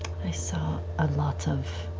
i saw a lot of.